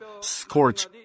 scorch